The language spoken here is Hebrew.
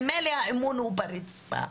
ממילא האמון הוא ברצפה.